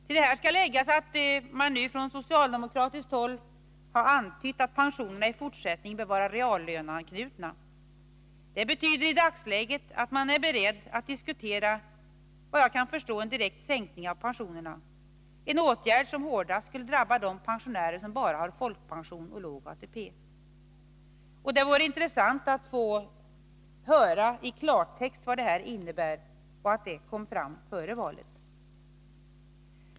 Till detta skall läggas att man nu på socialdemokratiskt håll antytt att pensionerna i fortsättningen bör vara reallöneanknutna. Det betyder i dagsläget att socialdemokraterna är beredda att diskutera en direkt sänkning av pensionerna — en åtgärd som hårdast skulle drabba de pensionärer som bara har folkpension och låg ATP. Det vore intressant att i klartext få höra vad detta innebär, och det svaret borde komma fram före valet.